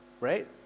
right